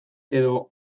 edo